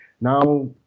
now